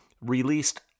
released